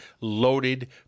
loaded